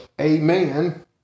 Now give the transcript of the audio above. amen